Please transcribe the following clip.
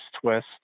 twist